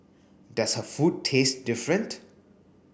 does her food taste different